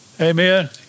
Amen